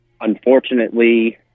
Unfortunately